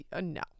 no